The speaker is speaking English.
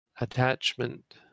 attachment